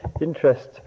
interest